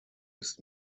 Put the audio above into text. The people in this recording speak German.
ist